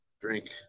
drink